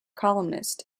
columnist